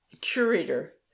Curator